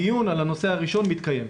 הדיון על הנושא הראשון מתקיים.